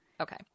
Okay